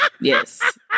Yes